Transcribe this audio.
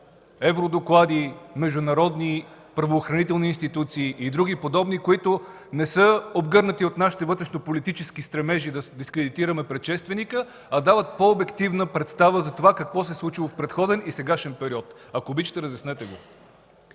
евродоклади, международни правоохранителни институции и други подобни, които не са обгърнати от нашите вътрешнополитически стремежи да дискредитираме предшественика, а дават по-обективна представа за това какво се е случило в предходен и сегашен период. Ако обичате, разяснете го.